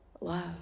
love